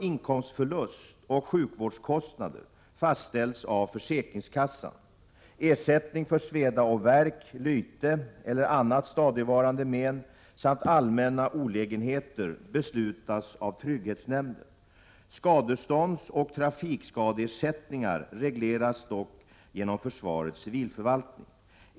Skadeståndsoch trafikskadeersättningar regleras dock genom försvarets ä elina: . TG då Å sr gr sugning runt Falsterbocivilförvaltning.